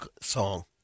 song